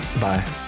Bye